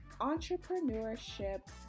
entrepreneurship